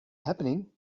happening